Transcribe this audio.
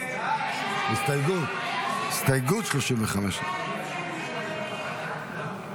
ההסתייגות 35 לחלופין ג לא נתקבלה.